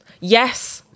Yes